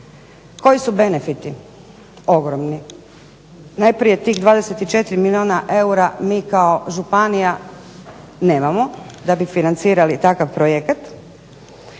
Koji su benefiti? Ogromni. Najprije tih 24 milijuna eura mi kao županija nemamo da bi financirali takav projekat.